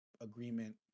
agreement